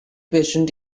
patient